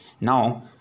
now